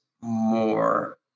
more